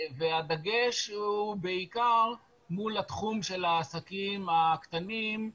הדגש הוא בעיקר מול התחום של העסקים הקטנים,